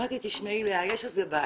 ואמרת לי, תשמעי לאה, יש איזו בעיה,